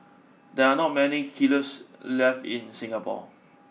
there are not many kilns left in Singapore